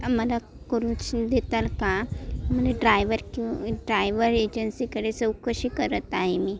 आम्हाला करून देताल का ड्रायवर किंवा ड्रायवर एजन्सीकडे चौकशी करत आहे मी